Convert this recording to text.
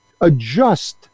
adjust